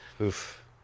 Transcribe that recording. Oof